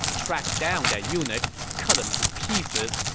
tracked down that eunuch, cut him to pieces,